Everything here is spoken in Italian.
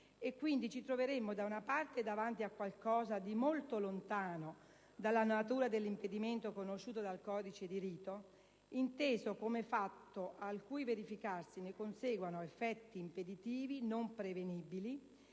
e quindi ci troveremmo da una parte davanti a qualcosa di molto lontano dalla natura dell'impedimento conosciuto dal codice di rito, inteso come fatto al cui verificarsi ne conseguano effetti impeditivi non prevenibili